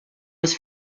his